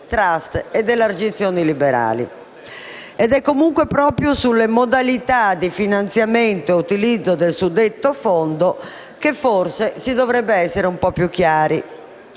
Ebbene, è proprio sulle modalità di finanziamento e utilizzo del suddetto Fondo che forse si dovrebbe essere un po' più chiari.